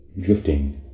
drifting